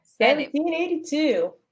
1782